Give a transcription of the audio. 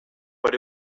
but